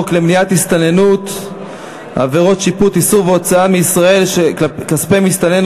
למניעת הסתננות (עבירות ושיפוט) (איסור הוצאה מישראל של כספי מסתנן,